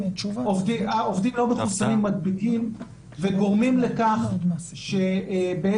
העובדים הלא מחוסנים מדביקים וגורמים לכך שכל